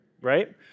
right